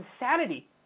insanity